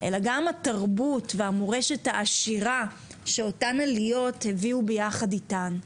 אלא גם את התרבות והמורשת העשירה שאותן עליות הביאו ביחד איתן.